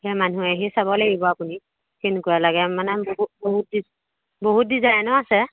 সেই মানুহে আহি চাব লাগিব আপুনি কেনেকুৱা লাগে মানে বহুত বহুত ডি বহুত ডিজাইনো আছে